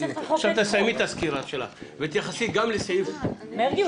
עכשיו תסיימי את הסקירה שלך ותתייחסי גם לסעיף 2. מרגי,